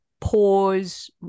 pause